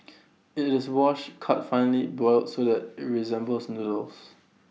IT this washed cut finely boiled so that IT resembles noodles